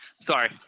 Sorry